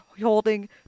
holding